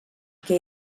què